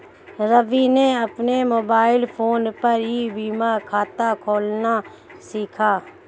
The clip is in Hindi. रवि ने अपने मोबाइल फोन पर ई बीमा खाता खोलना सीखा